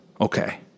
okay